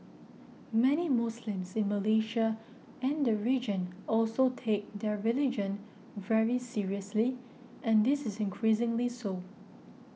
many Muslims in Malaysia and the region also take their religion very seriously and this is increasingly so